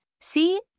See